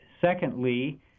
secondly